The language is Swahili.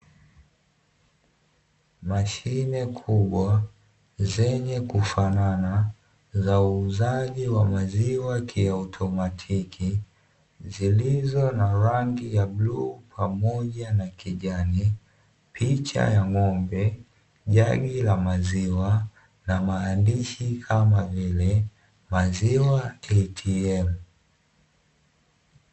Mashine kubwa zenye kufanana za uuzaji wa maziwa kiautomatiki, zilizo na rangi ya bluu pamoja na kijani, picha ya ng'ombe, jagi la maziwa na maandishi kama vile "maziwa ATM".